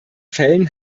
fällen